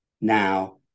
now